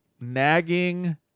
nagging